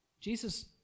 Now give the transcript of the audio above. Jesus